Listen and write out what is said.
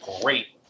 great –